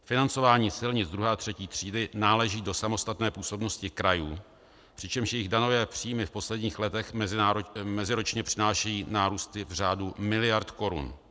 Financování silnic druhé a třetí třídy náleží do samostatné působnosti krajů, přičemž jejich daňové příjmy v posledních letech meziročně přinášejí nárůsty v řádu miliard korun.